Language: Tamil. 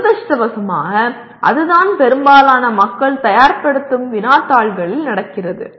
துரதிர்ஷ்டவசமாக அதுதான் பெரும்பாலான மக்கள் தயார்படுத்தும் வினாத்தாள்களில் நடக்கிறது